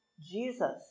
Jesus